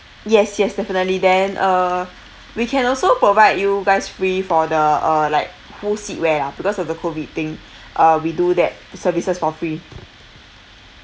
yes yes definitely then uh we can also provide you guys free for the uh like who sit where lah because of the COVID thing uh we do that services for free